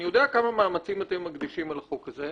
אני יודע כמה מאמצים אתם מקדישים לחוק הזה.